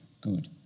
good